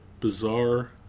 bizarre